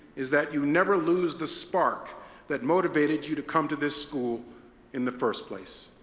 is that you never lose the spark that motivated you to come to this school in the first place.